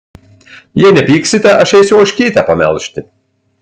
jei nepyksite aš eisiu ožkytę pamelžti